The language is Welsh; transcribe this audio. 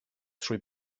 trwy